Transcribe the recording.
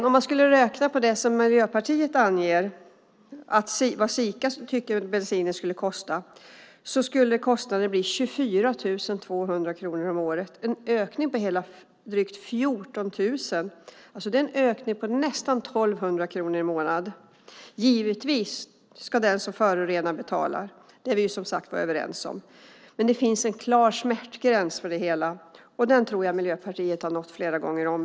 Om man räknade på det pris som Miljöpartiet anger att Sika tycker att bensinen ska kosta skulle kostnaden bli 24 200 kronor om året, en ökning med drygt 14 000 kronor. Det är en ökning med nästan 1 200 kronor per månad. Givetvis ska den som förorenar betala - det är vi som sagt överens om - men det finns en klar smärtgräns för det hela, och den tror jag att Miljöpartiet här nått flera gånger om.